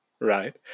right